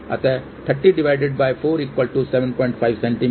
अतः 304 75 सेमी